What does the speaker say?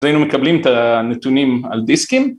אז היינו מקבלים את הנתונים על דיסקים.